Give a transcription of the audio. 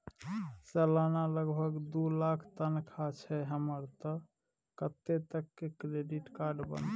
सलाना लगभग दू लाख तनख्वाह छै हमर त कत्ते तक के क्रेडिट कार्ड बनतै?